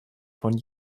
von